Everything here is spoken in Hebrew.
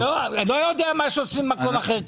לא יודע מה עושים במקום אחר.